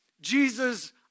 Jesus